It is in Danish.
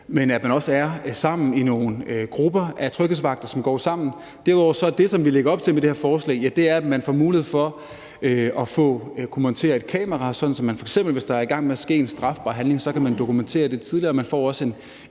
det, at man er sammen i nogle grupper, altså at tryghedsvagter går sammen. Derudover er det, som vi lægger op til med det her forslag, at man får mulighed for at kunne montere et kamera, sådan at man f.eks., hvis der er en strafbar handling i gang, kan dokumentere det tidligere, og man får også en